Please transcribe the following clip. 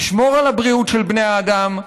נשמור על הבריאות של בני האדם.